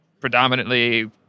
predominantly